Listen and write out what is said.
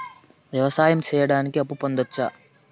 వ్యవసాయం సేయడానికి అప్పు పొందొచ్చా?